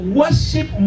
worship